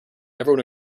everyone